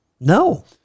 no